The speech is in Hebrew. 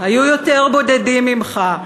היו יותר בודדים ממך.